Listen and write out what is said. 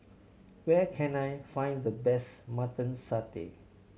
where can I find the best Mutton Satay